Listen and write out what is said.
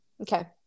Okay